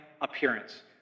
appearance